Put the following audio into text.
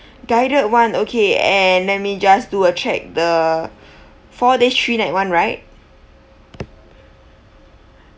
guided [one] okay and let me just do a check the four days three night [one] right